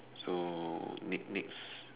so next next